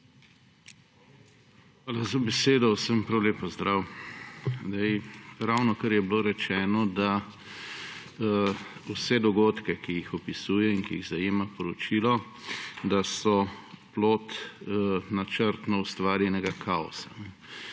Hvala za besedo. Vsem prav lep pozdrav! Ravnokar je bilo rečeno, da so vsi dogodki, ki jih opisuje in ki jih zajema poročilo, plod načrtno ustvarjenega kaosa.